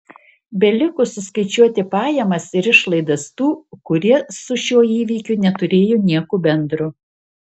beliko suskaičiuoti pajamas ir išlaidas tų kurie su šiuo įvykiu neturėjo nieko bendro